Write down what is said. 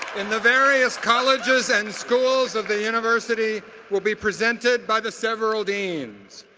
in the various colleges and schools of the university will be presented by the several deans.